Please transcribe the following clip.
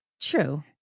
True